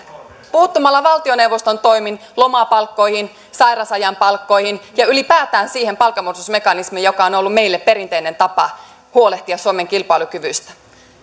puuttumalla valtioneuvoston toimin lomapalkkoihin sairausajan palkkoihin ja ylipäätään siihen palkanmuodostusmekanismiin joka on ollut meille perinteinen tapa huolehtia suomen kilpailukyvystä